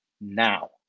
now